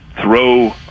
throw